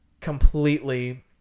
completely